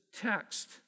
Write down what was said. text